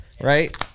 right